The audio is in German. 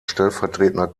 stellvertretender